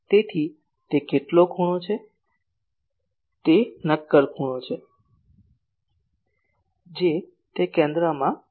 તેથી તે કેટલો ખૂણો છે તે નક્કર ખૂણો છે જે તે કેન્દ્રમાં મૂકી રહ્યું છે